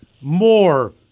more